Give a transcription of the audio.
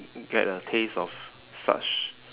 get a taste of such